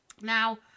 Now